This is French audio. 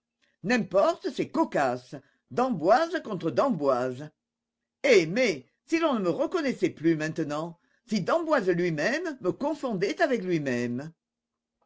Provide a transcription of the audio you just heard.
n'importe c'est cocasse d'emboise contre d'emboise eh mais si l'on ne me reconnaissait plus maintenant si d'emboise lui-même me confondait avec lui-même